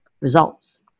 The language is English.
results